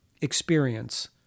experience